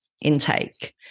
intake